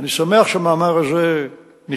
אני שמח שמאמר זה נכתב,